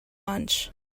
lunch